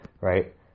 Right